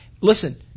listen